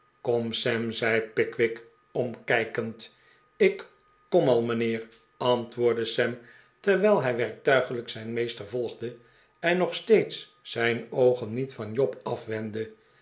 kom sam zei pickwick omkijkend ik kom al mijnheer antwoordde sam terwijl hij werktuiglijk zijn meester volgde en nog steeds zijn oogen niet van job afwendde